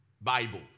Bible